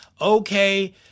Okay